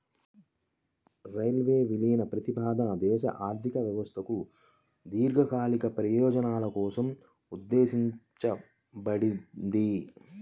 railway విలీన ప్రతిపాదన దేశ ఆర్థిక వ్యవస్థకు దీర్ఘకాలిక ప్రయోజనాల కోసం ఉద్దేశించబడింది